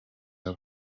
aba